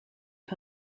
the